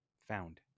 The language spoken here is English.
found